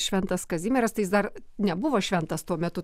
šventas kazimieras tai jis dar nebuvo šventas tuo metu